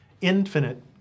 infinite